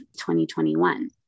2021